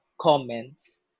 comments